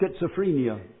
schizophrenia